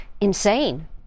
insane